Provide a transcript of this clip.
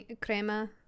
crema